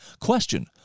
Question